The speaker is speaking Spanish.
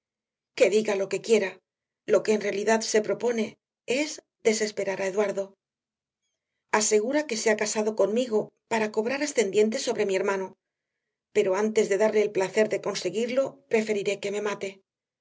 que diga lo que quiera lo que en realidad se propone es desesperar a eduardo asegura que se ha casado conmigo para cobrar ascendiente sobre mi hermano pero antes de darle el placer de conseguirlo preferiré que me mate